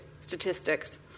statistics